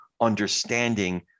understanding